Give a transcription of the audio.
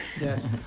Yes